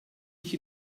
ich